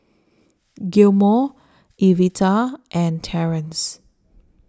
Gilmore Evita and Terrence